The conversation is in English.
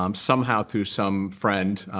um somehow through some friend,